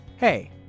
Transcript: Hey